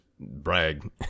brag